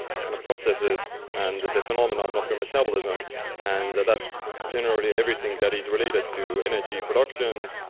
kind of, processes and the phenomenon of your metabolism and that's generally everything that is related to energy production,